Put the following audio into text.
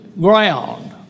Ground